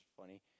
funny